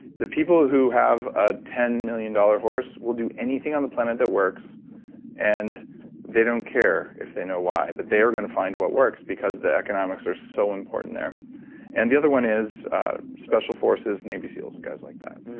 the people who have ah ten million dollars horse will do anything on the planet that works and they don't care if they know why, but they are going to find what works because the economics are so important there and the other one is special forces navy seals and guys like that.